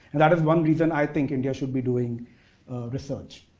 that is one reason i think india should be doing research.